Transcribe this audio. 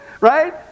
right